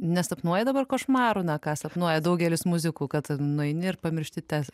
nesapnuoji dabar košmarų na ką sapnuoja daugelis muzikų kad nueini ir pamiršti tes